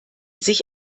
sich